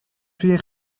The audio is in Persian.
توی